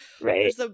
right